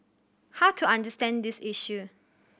how to understand this issue